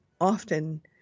often